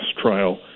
trial